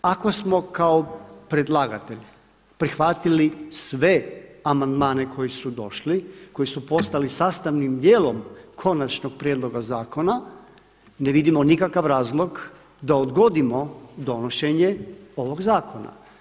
Ako smo kao predlagatelj prihvatili sve amandmane koji su došli, koji su postali sastavnim dijelom konačnog prijedloga zakona, ne vidimo nikakav razlog da odgodimo donošenje ovog zakona.